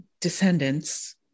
descendants